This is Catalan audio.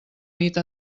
nit